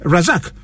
Razak